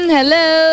Hello